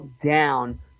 down